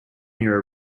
near